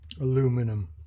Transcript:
Aluminum